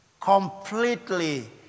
completely